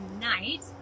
tonight